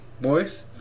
boys